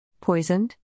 Poisoned